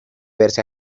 verse